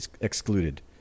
excluded